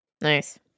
nice